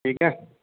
ਠੀਕ ਹੈ